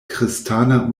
kristana